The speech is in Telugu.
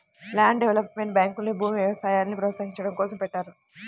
ల్యాండ్ డెవలప్మెంట్ బ్యాంకుల్ని భూమి, వ్యవసాయాల్ని ప్రోత్సహించడం కోసం పెట్టారు